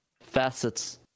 facets